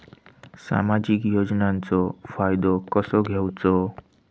सामाजिक योजनांचो फायदो कसो घेवचो?